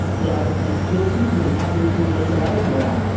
he either pleads guilty with an aboriginal legal aid lawyer,